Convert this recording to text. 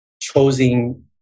choosing